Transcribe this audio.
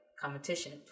competition